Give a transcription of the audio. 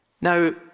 Now